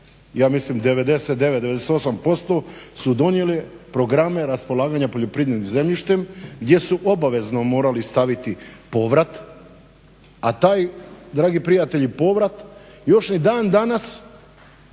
ja mislim 99, 98% su donijele programe raspolaganja poljoprivrednim zemljištem gdje su obavezno morali staviti povrat, a taj dragi prijatelji povrat još i dan danas